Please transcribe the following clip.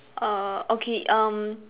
err okay um